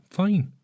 fine